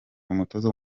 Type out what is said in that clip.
umutoza